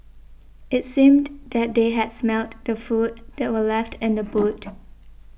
it seemed that they had smelt the food that were left in the boot